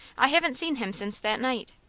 i haven't seen him since that night.